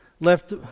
left